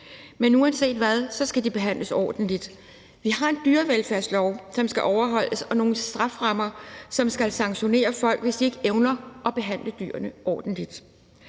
Men uanset hvad skal de behandles ordentligt. Vi har en dyrevelfærdslov, som skal overholdes, og nogle strafferammer, som folk skal sanktioneres ud fra, hvis de ikke evner at behandle dyrene ordentligt.